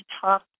talk